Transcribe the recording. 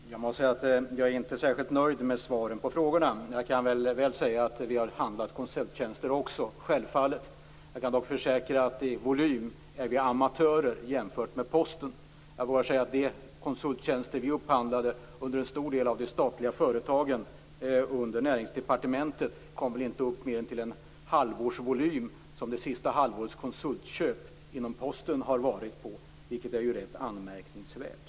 Fru talman! Jag måste säga att jag inte är särskild nöjd med svaren på frågorna. Självfallet har vi också handlat konsulttjänster. Jag kan dock försäkra att i volym räknat är vi amatörer jämfört med Posten. Jag vågar säga att de konsulttjänster vi upphandlade till en stor del av de statliga företagen under Näringsdepartementet inte kom upp till mer än den volym som det senaste halvårets konsultköp inom Posten har uppgått till, vilket är rätt anmärkningsvärt.